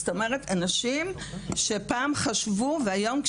אנשים שחשבו משהו מסוים והיום,